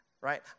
right